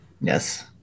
yes